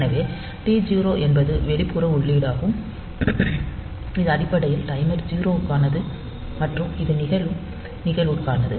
எனவே T0 என்பது வெளிப்புற உள்ளீடாகும் இது அடிப்படையில் டைமர் 0 க்கானது மற்றும் இது நிகழும் நிகழ்வுகளுக்கானது